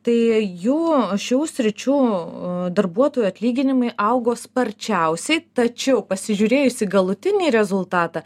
tai jų šių sričių darbuotojų atlyginimai augo sparčiausiai tačiau pasižiūrėjus į galutinį rezultatą